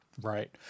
Right